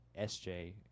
SJ